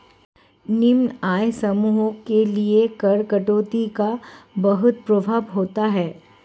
निम्न आय समूहों के लिए कर कटौती का वृहद प्रभाव होता है